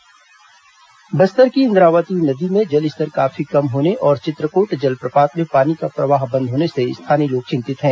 इन्द्रावती बचाव अभियान बस्तर की इन्द्रावती नदी में जलस्तर काफी कम होने और चित्रकोट जलप्रपात में पानी का प्रवाह बंद होने से स्थानीय लोग चिंतित है